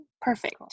Perfect